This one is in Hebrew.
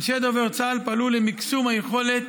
אנשי דובר צה"ל פעלו למקסום היכולת